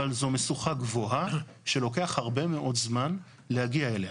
אבל זו משוכה גבוהה שלוקח הרבה מאוד זמן להגיע אליה.